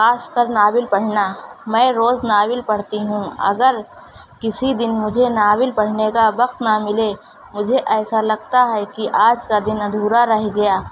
خاص کر ناول پڑھنا میں روز ناول پڑھتی ہوں اگر کسی دن مجھے ناول پڑھنے کا وقت نہ ملے مجھے ایسا لگتا ہے کہ آج کا دن ادھورا رہ گیا